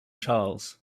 charles